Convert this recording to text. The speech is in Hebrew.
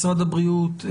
משרד הבריאות,